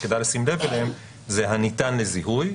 שכדאי לשים לב אליהן זה "הניתן לזיהוי",